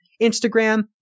Instagram